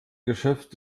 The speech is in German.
geschäft